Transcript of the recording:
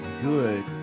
good